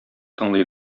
тыңлый